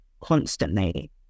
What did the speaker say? constantly